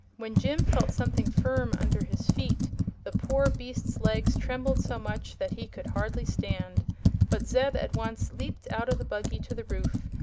when jim felt something firm under his feet the poor beast's legs trembled so much that he could hardly stand but zeb at once leaped out of the buggy to the roof,